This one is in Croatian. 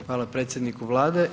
Hvala predsjedniku Vlade.